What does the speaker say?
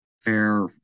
fair